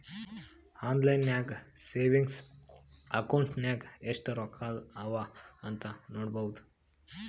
online ನಾಗೆ savings account ನಾಗ್ ಎಸ್ಟ್ ರೊಕ್ಕಾ ಅವಾ ಅಂತ್ ನೋಡ್ಬೋದು